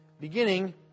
beginning